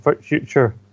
future